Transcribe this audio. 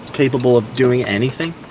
capable of doing anything?